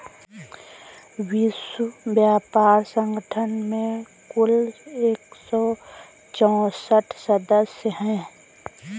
विश्व व्यापार संगठन में कुल एक सौ चौसठ सदस्य हैं